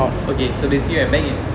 okay so basically right back in